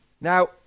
Now